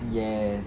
yes